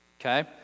Okay